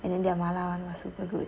and then there 麻辣 [one] was super good